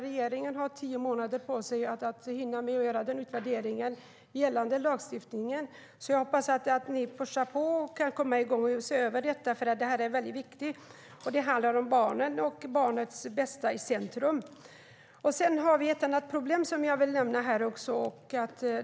Regeringen har tio månader på sig att göra utvärderingen av lagstiftningen. Jag hoppas att ni pushar på och kan komma i gång att se över det, eftersom det är väldigt viktigt. Det handlar om barnen och att sätta barnets bästa i centrum. Vi har också ett annat problem som jag vill nämna här.